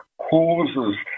causes